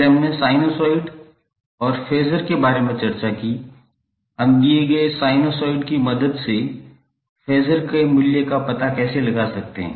फिर हमने साइनसॉइड और फेसर के बारे में चर्चा की हम दिए गए साइनसॉइड की मदद से फेसर के मूल्य का पता कैसे लगा सकते हैं